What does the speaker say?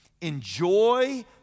Enjoy